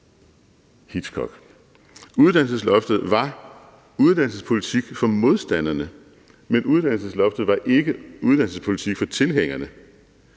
Hitchcock. Uddannelsesloftet var uddannelsespolitik for modstanderne, men uddannelsesloftet var ikke uddannelsespolitik for tilhængerne,